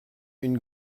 une